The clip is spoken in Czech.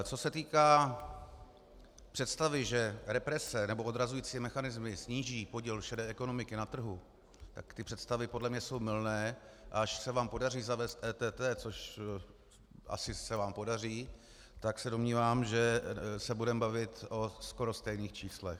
Co se týká představy, že represe nebo odrazující mechanismy sníží podíl šedé ekonomiky na trhu, tak ty představy podle mě jsou mylné, a až se vám podaří zavést EET, což asi se vám podaří, tak se domnívám, že se budeme bavit o skoro stejných číslech.